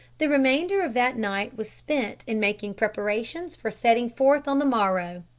the remainder of that night was spent in making preparations for setting forth on the morrow,